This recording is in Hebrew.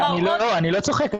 אני לא צוחק,